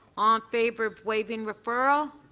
um favor of waiving referral?